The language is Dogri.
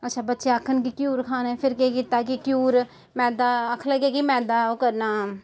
अच्छा बच्चे आक्खन कि घ्यूर खाना फिर केह् कीता की घ्यूि मैदा आक्खन लगे की मैदा ओह् करना